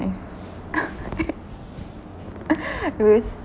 nice it was